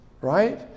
right